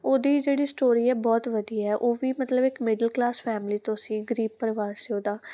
ਉਹਦੀ ਜਿਹੜੀ ਸਟੋਰੀ ਹੈ ਬਹੁਤ ਵਧੀਆ ਉਹ ਵੀ ਮਤਲਬ ਇੱਕ ਮਿਡਲ ਕਲਾਸ ਫੈਮਿਲੀ ਤੋਂ ਸੀ ਗਰੀਬ ਪਰਿਵਾਰ ਸੀ ਉਹਦਾ